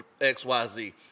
XYZ